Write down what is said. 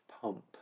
Pump